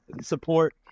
support